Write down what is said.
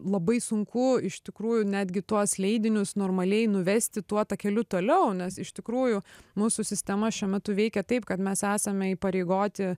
labai sunku iš tikrųjų netgi tuos leidinius normaliai nuvesti tuo takeliu toliau nes iš tikrųjų mūsų sistema šiuo metu veikia taip kad mes esame įpareigoti